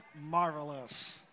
marvelous